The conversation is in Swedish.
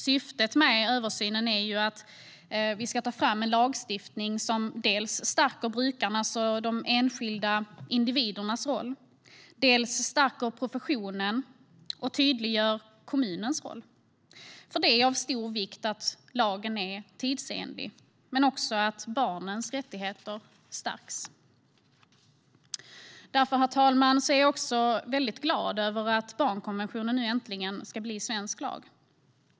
Syftet med översynen är att vi ska ta fram en lagstiftning som dels stärker brukarnas och de enskilda individernas roll, dels stärker professionen och tydliggör kommunens roll. Det är av stor vikt att lagen är tidsenlig och att barnens rättigheter stärks. Därför, herr talman, är jag också väldigt glad över att barnkonventionen nu äntligen ska bli svensk lag.